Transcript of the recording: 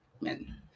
man